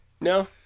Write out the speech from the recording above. No